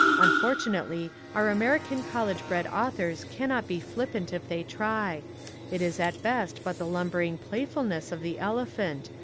unfortunately our american college-bred authors cannot be flippant if they try it is at best but the lumber ing playfulness of the elephant,